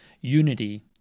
Unity